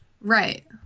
right